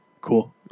cool